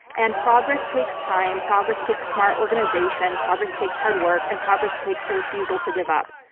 and progress takes time, progress takes smart organization, progress takes hard work, and progress takes a refusal to give up.